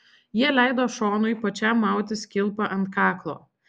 jie leido šonui pačiam mautis kilpą ant kaklo